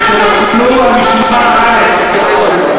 ונשים מוכות כן?